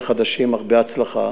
לחדשים, הרבה הצלחה.